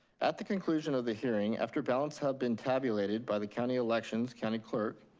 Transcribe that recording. at the conclusion of the hearing, after ballots have been tabulated by the county elections, county clerk,